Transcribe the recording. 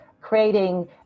creating